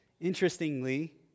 Interestingly